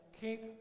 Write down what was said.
keep